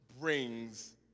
brings